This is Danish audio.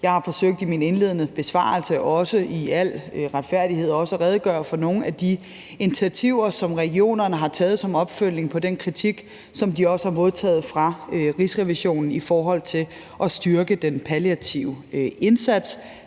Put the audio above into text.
siges – i min indledende besvarelse at redegøre for nogle af de initiativer, som regionerne har taget som opfølgning på den kritik, som de har modtaget fra Rigsrevisionen, i forhold til at styrke den palliative indsats.